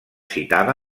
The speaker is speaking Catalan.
citada